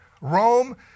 Rome